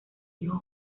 hijo